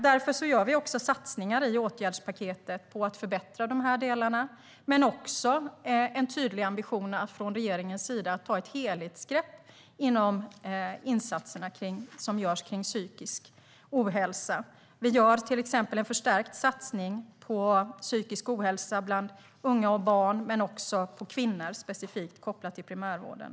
Därför gör vi också satsningar i åtgärdspaketet på att förbättra de delarna men har också en tydlig ambition från regeringens sida att ta ett helhetsgrepp på de insatser som görs kring psykisk ohälsa. Vi gör till exempel en förstärkt satsning när det gäller psykisk ohälsa bland unga och barn men också när det gäller kvinnor, specifikt kopplat till primärvården.